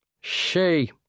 she